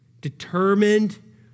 determined